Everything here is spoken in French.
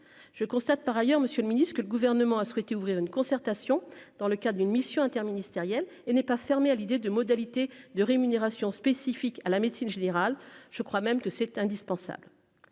je constate, par ailleurs, Monsieur le Ministre, que le gouvernement a souhaité ouvrir une concertation dans le cas d'une mission interministérielle et n'est pas fermé à l'idée de modalités de rémunération spécifique à la médecine générale, je crois même que c'est indispensable,